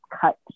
cut